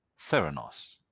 theranos